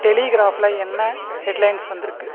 டெலிகிராஃப்பில் என்ன ஹெட்லைன்ஸ் வந்திருக்கு